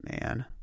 Man